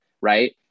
right